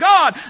God